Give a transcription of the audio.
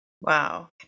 Wow